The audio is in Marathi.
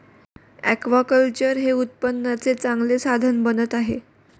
ऍक्वाकल्चर हे उत्पन्नाचे चांगले साधन बनत आहे